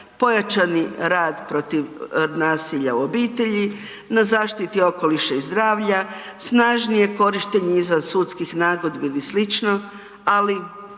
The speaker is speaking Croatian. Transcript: Pojačani rad protiv nasilja u obitelji, na zaštiti okoliša i zdravlja, snažnije korištenje izvansudskih nagodbi ili sl., ali